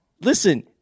Listen